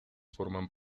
forman